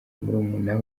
murumuna